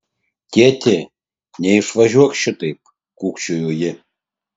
tėti neišvažiuok šitaip kūkčiojo ji